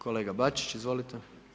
Kolega Bačić, izvolite.